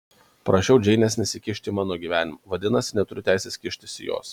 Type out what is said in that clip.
prašiau džeinės nesikišti į mano gyvenimą vadinasi neturiu teisės kištis į jos